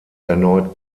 erneut